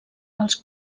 els